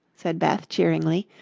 said beth, cheeringly.